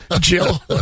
Jill